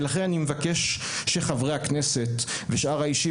לכן אני מבקש שחברי הכנסת ושאר האישים